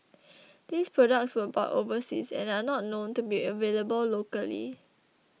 these products were bought overseas and are not known to be available locally